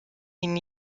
den